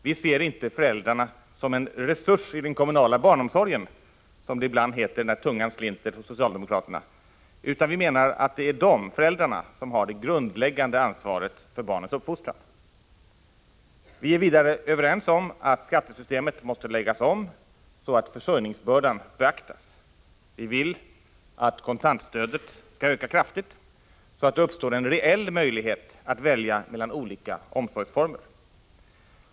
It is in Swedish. Vi ser inte föräldrarna som en resurs i den kommunala barnomsorgen, som det ibland heter när tungan slinter hos socialdemokraterna, utan vi menar att det är just föräldrarna som har det grundläggande ansvaret för barnens uppfostran. Vi är vidare överens om att skattesystemet måste läggas om, så att försörjningsbördan beaktas. Vi vill att kontantstödet skall öka kraftigt, så att det uppstår en reell möjlighet att välja mellan olika omsorgsformer.